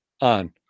on